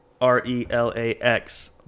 R-E-L-A-X